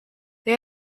they